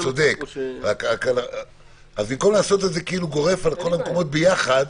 אז במקום לעשות את זה גורף על כל המקומות ביחד